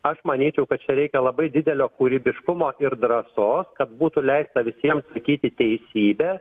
aš manyčiau kad čia reikia labai didelio kūrybiškumo ir drąsos kad būtų leista visiems sakyti teisybę